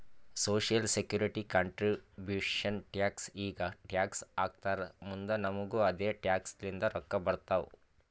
social security contribution tax ಈಗ tax ಹಾಕ್ತಾರ್ ಮುಂದ್ ನಮುಗು ಅದೆ ಟ್ಯಾಕ್ಸ್ ಲಿಂತ ರೊಕ್ಕಾ ಬರ್ತಾವ್